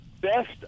best